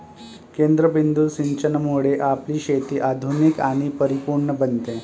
केंद्रबिंदू सिंचनामुळे आपली शेती आधुनिक आणि परिपूर्ण बनते